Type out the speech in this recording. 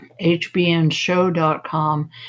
hbnshow.com